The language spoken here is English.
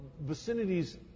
vicinities